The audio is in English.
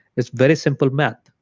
it's very simple math.